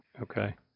Okay